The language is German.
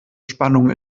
spannung